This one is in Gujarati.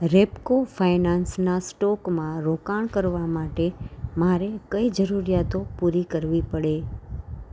રેપકો ફાયનાન્સના સ્ટોકમાં રોકાણ કરવા માટે મારે કઈ જરૂરિયાતો પૂરી કરવી પડે